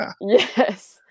Yes